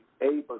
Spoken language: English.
able